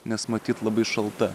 nes matyt labai šalta